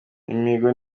imihigo